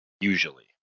Usually